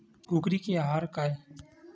कुकरी के आहार काय?